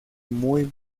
muy